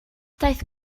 daeth